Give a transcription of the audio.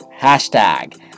Hashtag